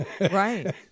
Right